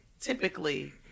Typically